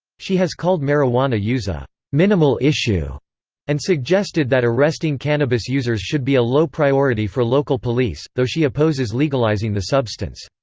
she has called marijuana use a minimal issue and suggested that arresting cannabis users should be a low priority for local police, though she opposes legalizing the substance.